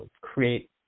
create